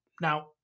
Now